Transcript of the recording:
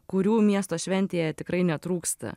kurių miesto šventėje tikrai netrūksta